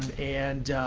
and